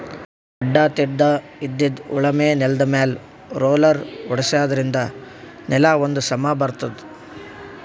ಅಡ್ಡಾ ತಿಡ್ಡಾಇದ್ದಿದ್ ಉಳಮೆ ನೆಲ್ದಮ್ಯಾಲ್ ರೊಲ್ಲರ್ ಓಡ್ಸಾದ್ರಿನ್ದ ನೆಲಾ ಒಂದ್ ಸಮಾ ಬರ್ತದ್